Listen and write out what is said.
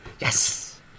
yes